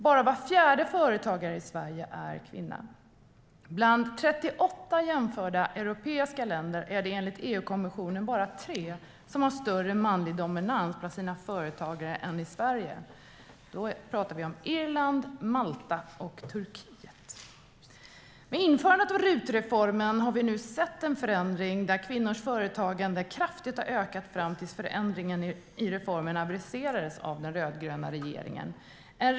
Bara var fjärde företagare i Sverige är kvinna. Bland 38 jämförda europeiska länder är det enligt EU-kommissionen bara tre som har större manlig dominans bland sina företagare än Sverige - Irland, Malta och Turkiet. Med införandet av RUT-reformen har vi nu sett en förändring där kvinnors företagande kraftigt har ökat fram till dess att förändringen i reformen aviserades av den rödgröna regeringen.